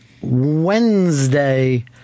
Wednesday